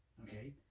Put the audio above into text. Okay